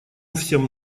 всем